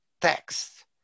text